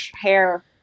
hair